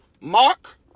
Mark